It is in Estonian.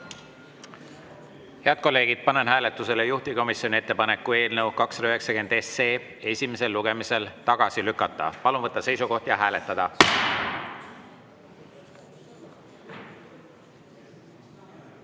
Head kolleegid, panen hääletusele juhtivkomisjoni ettepaneku eelnõu 290 esimesel lugemisel tagasi lükata. Palun võtta seisukoht ja hääletada!